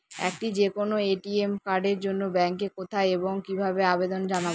একটি যে কোনো এ.টি.এম কার্ডের জন্য ব্যাংকে কোথায় এবং কিভাবে আবেদন জানাব?